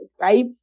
right